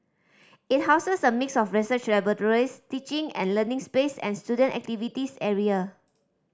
it houses a mix of research laboratories teaching and learning space and student activities area